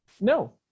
No